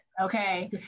okay